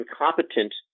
incompetent